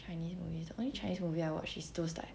chinese movies ah only chinese movie I watch is those like